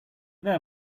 there